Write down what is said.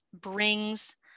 brings